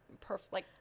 perfect